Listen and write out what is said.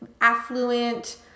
affluent